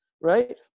right